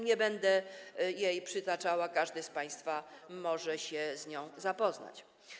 Nie będę jej przytaczała, każdy z państwa może się z nią zapoznać.